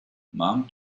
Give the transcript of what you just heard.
mom